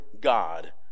God